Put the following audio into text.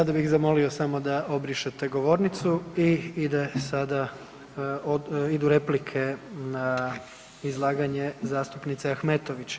Sada bih zamolio samo da obrišete govornicu i ide sada, idu replike na izlaganje zastupnice Ahmetović.